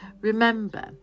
remember